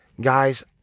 Guys